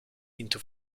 into